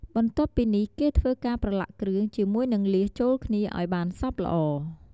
បន្ទាប់ពីនេះគេធ្វើការប្រឡាក់គ្រឿងជាមួយនឹងលៀសចូលគ្នា ឲ្យបានសព្វល្អ។